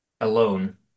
alone